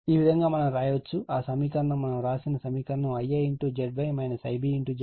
ఈ విధంగా మనం వ్రాయవచ్చు ఆ సమీకరణం మనం ఇక్కడ వ్రాసిన సమీకరణం IaZy IbZy Vab 0 అంటే Ia Ib VabZy